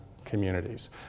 communities